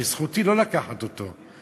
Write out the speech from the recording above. וזכותי לא לקחת אותו.